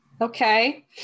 Okay